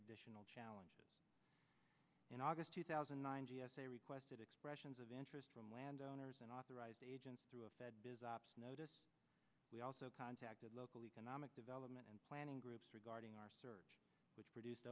additional challenges in august two thousand and nine g s a requested expressions of interest from land owners and authorized agents through a fed does ops notice we also contacted local economic development and planning groups regarding our search which produced